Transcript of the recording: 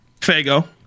fago